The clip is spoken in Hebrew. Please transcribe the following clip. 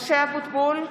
משה אבוטבול,